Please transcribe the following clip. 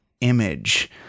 image